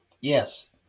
Yes